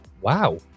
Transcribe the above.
Wow